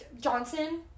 Johnson